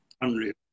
unreal